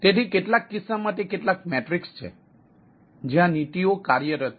તેથી કેટલાક કિસ્સાઓમાં તે કેટલાક મેટ્રિક્સ છે જ્યાં નીતિઓ કાર્યરત છે